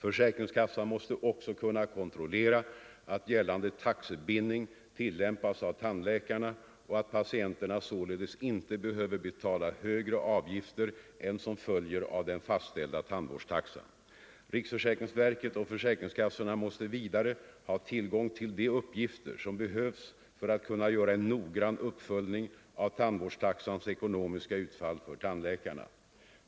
Försäkringskassan måste också kunna kontrollera att gällande taxebindning tillämpas av tandläkarna och att patienterna således inte behöver betala högre avgifter än som följer av den fastställda tandvårdstaxan. Riksförsäkringsverket och försäkringskassorna måste vidare ha tillgång till de uppgifter som behövs för att kunna göra en noggrann uppföljning av tandvårdstaxans ekonomiska utfall för tandläkarna.